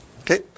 Okay